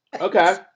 Okay